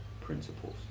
principles